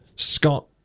Scott